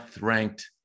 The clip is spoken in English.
ranked